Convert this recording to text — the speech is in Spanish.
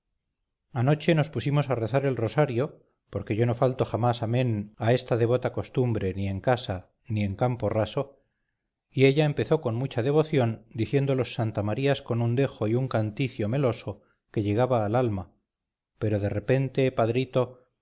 anoche nos pusimos a rezar el rosario porque yo no falto jamás amén a esta devota costumbre ni en casa ni en campo raso y ella empezó con mucha devoción diciendo los santamarías con un dejo y un canticio meloso que llegaba al alma pero de repente padrito